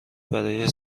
برای